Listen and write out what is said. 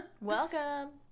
welcome